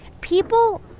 people,